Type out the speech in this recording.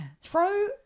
Throw